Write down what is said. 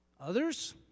Others